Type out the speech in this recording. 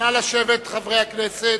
נא לשבת, חברי הכנסת.